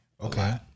Okay